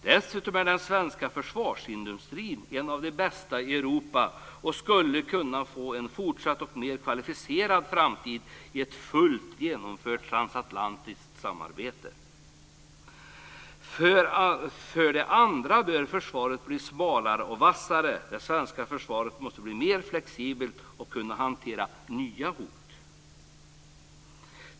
Dessutom är den svenska försvarsindustrin en av de bästa i Europa och skulle kunna få en fortsatt och mer kvalificerad framtid i ett fullt genomfört transatlantiskt samarbete. Vidare bör försvaret bli smalare och vassare. Det svenska försvaret måste bli mer flexibelt och kunna hantera nya hot.